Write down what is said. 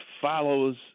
follows